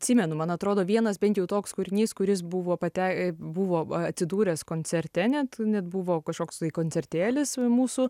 atsimenu man atrodo vienas bent jau toks kūrinys kuris buvo pate buvo a atsidūręs koncerte net net buvo kažkoks tai koncertėlis mūsų